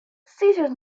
seizures